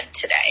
today